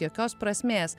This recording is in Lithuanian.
jokios prasmės